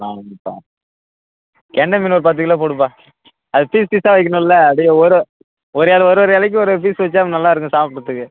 ஆமாம்ப்பா கெண்டை மீன் ஒரு பத்து கிலோ போடுப்பா அது பீஸ் பீஸாக வைக்கணும்ல அதே ஒரு ஒரே ஆள் ஒரு ஒரு இலைக்கும் ஒரு ஒரு பீஸ் வச்சா நல்லாருக்கும் சாப்பிட்றத்துக்கு